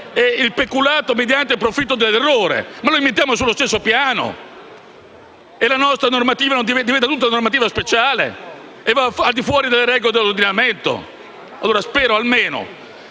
è il peculato mediante profitto dell'errore. Noi li mettiamo sullo stesso piano? La nostra normativa diventa tutta speciale e va al di fuori delle regole dell'ordinamento? Spero almeno